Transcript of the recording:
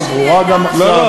מאוד ברורה גם עכשיו.